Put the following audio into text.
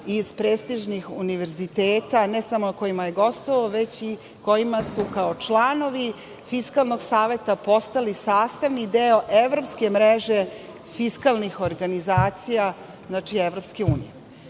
sa prestižnih univerziteta, ne samo na kojima je gostovao, već i kojima su kao članovi Fiskalnog saveta postali sastavni deo evropske mreže fiskalnih organizacije, znači EU.To je